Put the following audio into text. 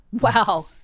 wow